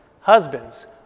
Husbands